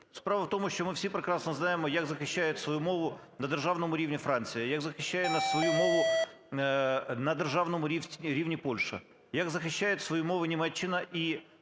Справа в тому, що ми всі прекрасно знаємо, як захищає свою мову на державному рівні Франція, як захищає свою мову на державному рівні Польща, як захищає свою мову Німеччина і